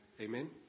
Amen